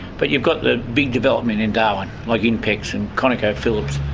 but you've got the big development in darwin, like inpex and conocophillips.